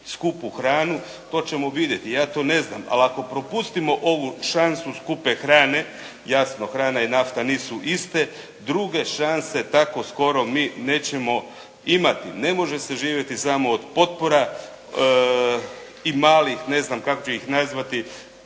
skupu hranu to ćemo vidjeti. Ja to ne znam. Ali ako propustimo ovu šansu skupe hrane, jasno hrana i nafta nisu iste, druge šanse tako skoro mi nećemo imati. Ne može se živjeti samo od potpora i malih ne znam kako ću ih nazvati